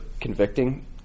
convicting